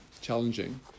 challenging